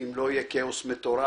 אם לא יהיה כאוס מטורף,